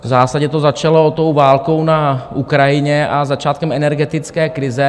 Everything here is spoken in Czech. V zásadě to začalo válkou na Ukrajině a začátkem energetické krize.